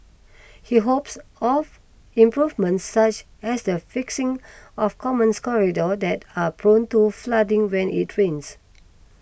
he hopes of improvements such as the fixing of commons corridors that are prone to flooding when it rains